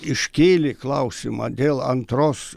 iškėlė klausimą dėl antros